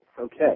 Okay